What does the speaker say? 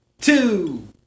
two